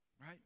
right